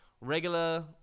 regular